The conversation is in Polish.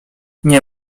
nie